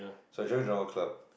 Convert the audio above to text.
so I join Drama-Club